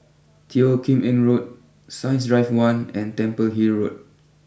Teo Kim Eng Road Science Drive one and Temple Hill Road